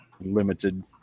Limited